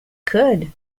could